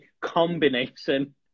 combination